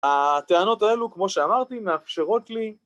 ‫הטענות האלו, כמו שאמרתי, ‫מאפשרות לי...